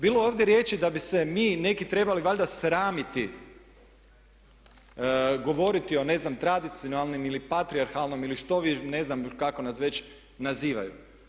Bilo je ovdje riječi da bi se mi neki trebali valjda sramiti govoriti o ne znam tradicionalnim ili patrijarhalnom ili što, ne znam kako nas već nazivaju.